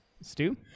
Stu